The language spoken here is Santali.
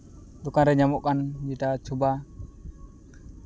ᱫᱳᱠᱟᱱ ᱨᱮ ᱧᱟᱢᱚᱜ ᱠᱟᱱ ᱡᱮᱴᱟ ᱪᱷᱳᱵᱽᱲᱟ